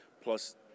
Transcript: plus